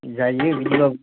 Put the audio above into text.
जायो बिदिबाबो